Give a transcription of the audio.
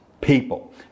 people